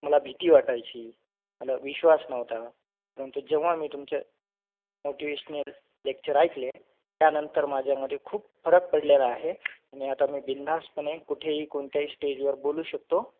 मला भीती वाटायची मला विश्वास नव्हता परंतु जेव्हा मी तुमचं मोटिवेशनल लेक्चर ऐकले त्यानंतर माझ्यामध्ये खूप फरक पडलेला आहे आणि आता मी बिनधास्तपणे कुठेही कोणत्याही स्टेजवर बोलू शकतो